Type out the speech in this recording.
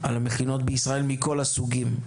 על המכינות בישראל מכל הסוגים.